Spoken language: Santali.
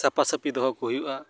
ᱥᱟᱯᱷᱟ ᱥᱟᱯᱷᱤ ᱫᱚᱦᱚ ᱠᱚ ᱦᱩᱭᱩᱜᱼᱟ